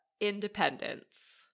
independence